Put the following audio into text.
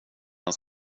ens